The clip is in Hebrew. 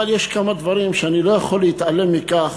אבל יש כמה דברים שאני לא יכול להתעלם מהם,